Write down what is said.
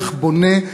שיח בונה,